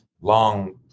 long